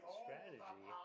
strategy